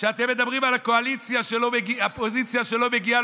שאתם מדברים על האופוזיציה שלא מגיעה?